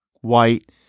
white